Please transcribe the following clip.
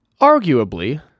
arguably